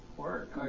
work